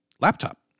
laptop